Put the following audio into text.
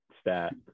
stat